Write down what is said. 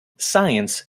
science